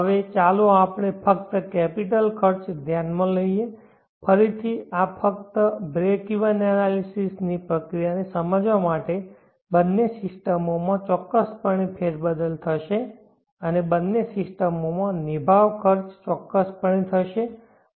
હવે ચાલો આપણે ફક્ત કેપિટલ ખર્ચ ધ્યાનમાં લઈએ ફરીથી ફક્ત આ બ્રેકઇવન એનાલિસિસની પ્રક્રિયાને સમજવા માટે બંને સિસ્ટમોમાં ચોક્કસપણે ફેરબદલ થશે અને બંને સિસ્ટમોમાં નિભાવ ખર્ચ ચોક્કસપણે થશે